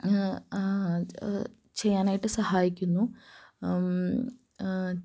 ചെയ്യാനായിട്ട് സഹായിക്കുന്നു